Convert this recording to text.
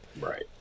Right